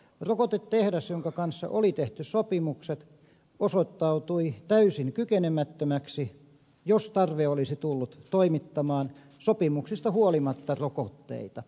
rokotetehdas jonka kanssa oli tehty sopimukset osoittautui täysin kykenemättömäksi jos tarve olisi tullut toimittamaan sopimuksista huolimatta rokotteita